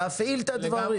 להפעיל את הדברים.